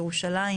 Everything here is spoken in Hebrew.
ירושלים,